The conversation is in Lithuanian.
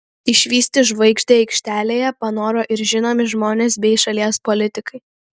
išvysti žvaigždę aikštelėje panoro ir žinomi žmonės bei šalies politikai